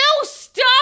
stop